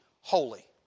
holy